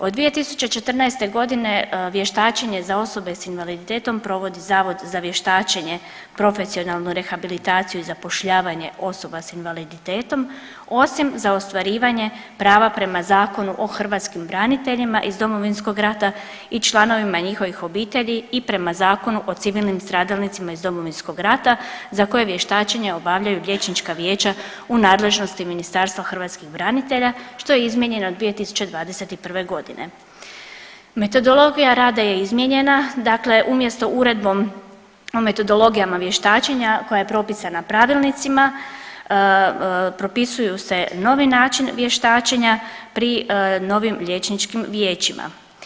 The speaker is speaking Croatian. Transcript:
Od 2014. g. vještačenja za osobe s invaliditetom provodi Zavod za vještačenje, profesionalnu rehabilitaciju i zapošljavanje osoba s invaliditetom, osim za ostvarivanje prava prema Zakonu o hrvatskim braniteljima iz Domovinskog rata i članovima njihovih obitelji i prema zakonu o civilnim stradalnicima iz Domovinskog rata, za koje vještačenje obavljaju liječnička vijeća u nadležnosti Ministarstva hrvatskih branitelja, što je izmijenjeno 2021. g. Metodologija rada je izmijenjena, dakle umjesto uredbom o metodologijama vještačenja koja je propisana pravilnicima, propisuju se novi način vještačenja pri novim liječničkim vijećima.